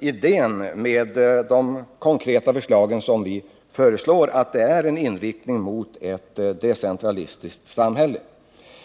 idén med de konkreta förslag som vi för fram. Förslagen innebär en inriktning mot ett decentralistiskt samhälle.